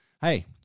hey